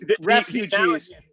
refugees